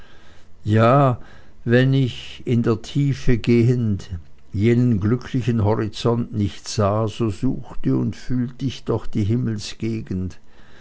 ja wenn ich in der tiefe gehend jenen glücklichen horizont nicht sah so suchte und fühlte ich doch die